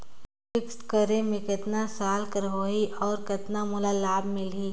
Fixed करे मे कतना साल कर हो ही और कतना मोला लाभ मिल ही?